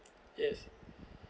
yes